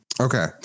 Okay